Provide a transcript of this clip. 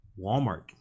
walmart